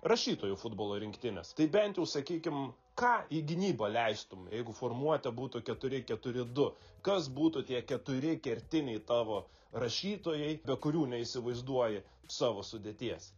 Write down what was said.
rašytojų futbolo rinktinės tai bent jau sakykim ką į gynybą leistum jeigu formuotė būtų keturi keturi du kas būtų tie keturi kertiniai tavo rašytojai be kurių neįsivaizduoji savo sudėties